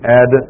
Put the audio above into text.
add